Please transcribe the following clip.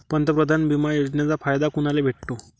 पंतप्रधान बिमा योजनेचा फायदा कुनाले भेटतो?